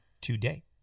today